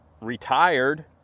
retired